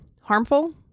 harmful